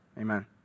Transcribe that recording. Amen